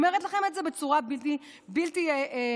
אני אומרת לכם את זה בצורה בלתי אמצעית.